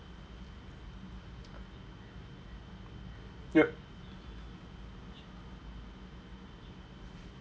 yep